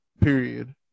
period